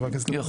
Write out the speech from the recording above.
חבר הכנסת לוין,